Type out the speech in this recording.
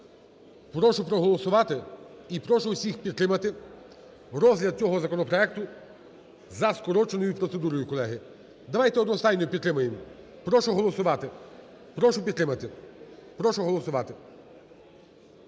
Прошу проголосувати і прошу усіх підтримати розгляд цього законопроекту за скороченою процедурою, колеги. Давайте одностайно підтримаємо. Прошу голосувати. Прошу підтримати. Прошу голосувати.